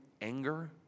anger